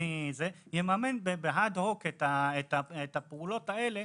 שיממן אד-הוק את הפעולות האלה,